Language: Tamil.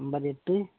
நம்பர் எட்டு